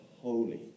holy